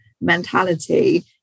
mentality